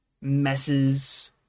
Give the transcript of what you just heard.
Messes